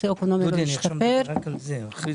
השתפר.